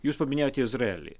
jūs paminėjote izraelį